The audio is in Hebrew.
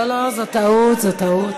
לא לא, זו טעות, זו טעות.